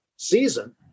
Season